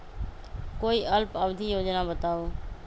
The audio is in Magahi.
कोई अल्प अवधि योजना बताऊ?